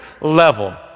level